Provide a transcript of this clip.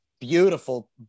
Beautiful